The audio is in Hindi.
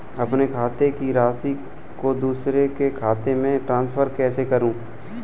अपने खाते की राशि को दूसरे के खाते में ट्रांसफर कैसे करूँ?